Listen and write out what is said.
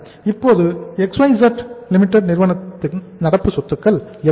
இப்போது XYZ Limited நிறுவனத்தின் நடப்பு சொத்துக்கள் எவ்வளவு